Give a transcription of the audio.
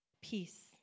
peace